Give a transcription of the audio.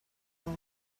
over